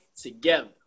together